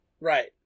Right